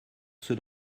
ceux